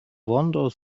wander